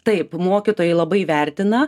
taip mokytojai labai vertina